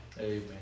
Amen